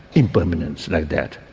impermanence like that.